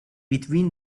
between